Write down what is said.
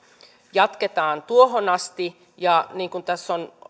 jatketaan tuohon asti ja niin kuin tässä on